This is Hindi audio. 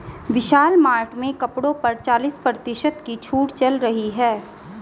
विशाल मार्ट में कपड़ों पर चालीस प्रतिशत की छूट चल रही है